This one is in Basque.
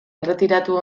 erretiratu